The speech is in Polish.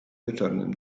wieczornym